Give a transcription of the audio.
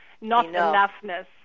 not-enoughness